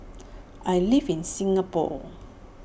I live in Singapore